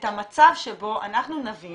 את המצב שבו אנחנו נבין